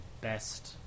best